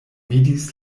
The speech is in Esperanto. vidis